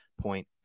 point